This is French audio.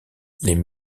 les